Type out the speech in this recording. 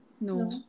no